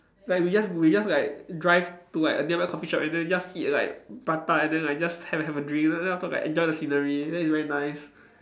like we just we just like drive to like a different coffee shop and then just eat like prata and then like just have a have a drink and then afterwards enjoy the scenery then it's very nice